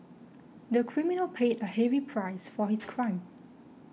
the criminal paid a heavy price for his crime